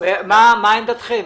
מה עמדתכם?